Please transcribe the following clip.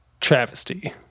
travesty